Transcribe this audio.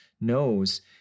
knows